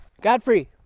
Godfrey